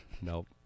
Nope